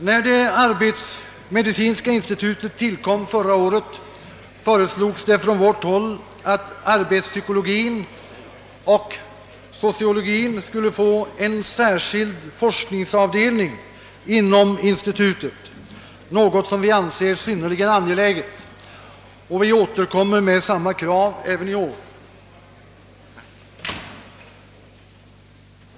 När det arbetsmedicinska institutet tillkom förra året, föreslogs från vårt håll att arbetspsykologin och sociologin skulle få en särskild forskningsavdelning inom institutet, något som vi anser vara synnerligen angeläget. Vi återkommer med samma krav även i år.